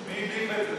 מי הדליף את זה?